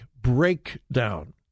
breakdown